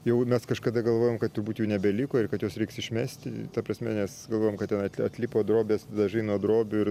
jau mes kažkada galvojom kad turbūt jų nebeliko ir kad juos reiks išmesti ta prasme nes galvojom kad tenai atlipo drobės dažai nuo drobių ir